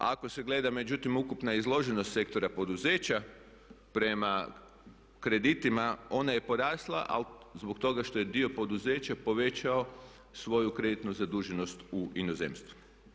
A ako se gleda međutim ukupna izloženost sektora poduzeća prema kreditima ona je porasla ali zbog toga što je dio poduzeća povećao svoju kreditnu zaduženost u inozemstvu.